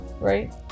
right